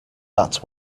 that